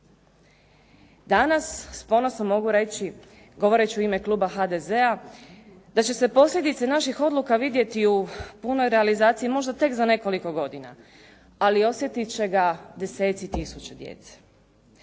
Danas s ponosom mogu reći, govoreći u ime kluba HDZ-a, da će se posljedice naših odluka vidjeti u punoj realizaciji možda tek za nekoliko godina, ali osjetiti će ga deseci tisuća djece.